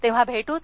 तेव्हा भेटूच